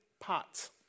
parts